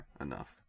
Enough